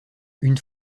une